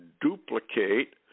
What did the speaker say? duplicate